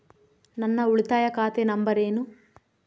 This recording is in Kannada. ನನ್ನ ಉಳಿತಾಯ ಖಾತೆ ನಂಬರ್ ಏನು?